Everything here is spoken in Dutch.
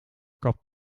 kapt